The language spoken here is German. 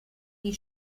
die